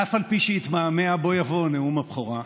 אף על פי שיתמהמה, בוא יבוא נאום הבכורה.